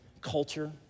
culture